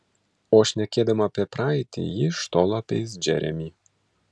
o šnekėdama apie praeitį ji iš tolo apeis džeremį